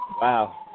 Wow